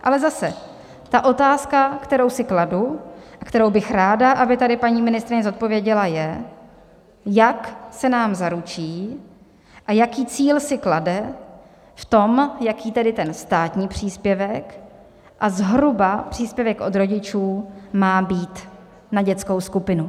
Ale zase ta otázka, kterou si kladu a kterou bych ráda, aby tady paní ministryně zodpověděla, je, jak se nám zaručí a jaký cíl si klade v tom, jaký tedy ten státní příspěvek a zhruba příspěvek od rodičů má být na dětskou skupinu.